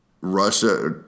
Russia